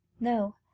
No